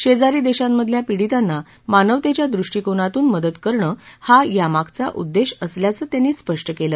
शेजारी देशांमधल्या पीडितांना मानवतेच्या दृष्टीकोनातून मदत करणं हा यामागचा उद्देश असल्याचं त्यांनी स्पष्ट केलं